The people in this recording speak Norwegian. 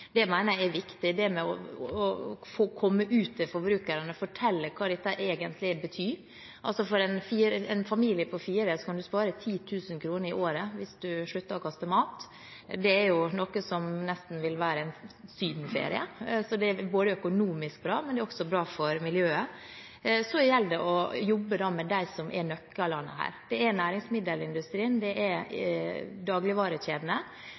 Det mener jeg er viktig, dette med å få komme ut til forbrukerne og fortelle hva dette egentlig betyr. En familie på fire kan spare 10 000 kr i året hvis man slutter å kaste mat. Det er noe som nesten vil være en Syden-ferie, så det er økonomisk bra, men det er også bra for miljøet. Så gjelder det å jobbe med dem som er nøklene her. Det er næringsmiddelindustrien, det er dagligvarekjedene,